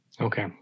Okay